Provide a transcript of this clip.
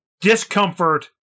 discomfort